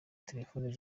telefoni